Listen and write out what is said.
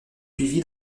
suivi